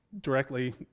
directly